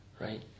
right